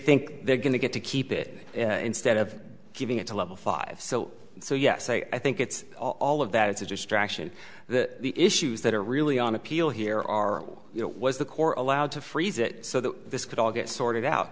think they're going to get to keep it in stead of giving it to level five so so yes i think it's all of that it's a distraction that the issues that are really on appeal here are you know was the core allowed to freeze it so that this could all get sorted out